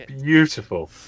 beautiful